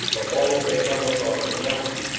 but what if they come across the mountains,